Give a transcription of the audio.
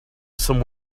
some